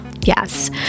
Yes